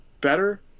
better